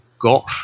got